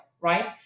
right